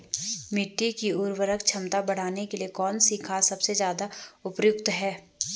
मिट्टी की उर्वरा क्षमता बढ़ाने के लिए कौन सी खाद सबसे ज़्यादा उपयुक्त है?